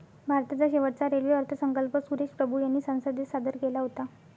भारताचा शेवटचा रेल्वे अर्थसंकल्प सुरेश प्रभू यांनी संसदेत सादर केला होता